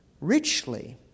richly